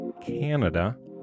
Canada